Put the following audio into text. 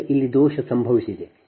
ಈಗ ಇಲ್ಲಿ ದೋಷ ಸಂಭವಿಸಿದೆ